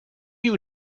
you